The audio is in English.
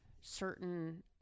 certain